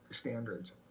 standards